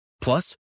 Plus